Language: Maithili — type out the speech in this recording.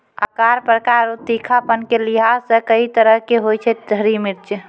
आकार, प्रकार आरो तीखापन के लिहाज सॅ कई तरह के होय छै हरी मिर्च